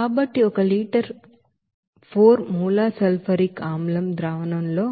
కాబట్టి ఈ ఒక లీటర్ 4 మోలార్ సల్ఫ్యూరిక్ ಆಸಿಡ್ ಸೊಲ್ಯೂಷನ್లో